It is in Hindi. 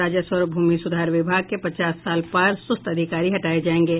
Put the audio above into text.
राजस्व और भूमि सुधार विभाग के पचास साल पार सुस्त अधिकारी हटाये जायेंगे